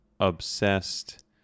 Obsessed